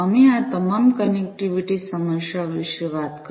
અમે આ તમામ કનેક્ટિવિટી સમસ્યાઓ વિશે વાત કરી છે